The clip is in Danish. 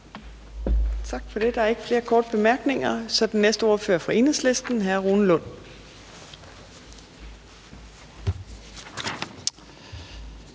Tak for det. Der er ikke flere korte bemærkninger, og så er den næste ordfører fra Enhedslisten, og det er hr. Rune Lund.